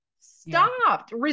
stopped